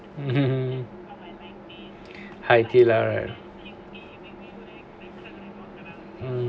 (uh huh) how you do lah right mm